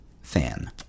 fan